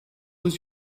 was